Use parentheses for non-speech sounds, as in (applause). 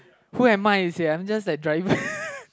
who am I seh I'm just a driver (laughs)